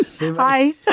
Hi